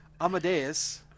Amadeus